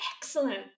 excellent